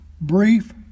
brief